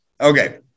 Okay